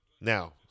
Now